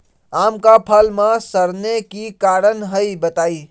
आम क फल म सरने कि कारण हई बताई?